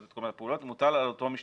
את כל הפעולות מוטל על אותו משתתף.